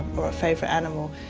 or ah favorite animal.